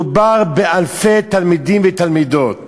מדובר באלפי תלמידים ותלמידות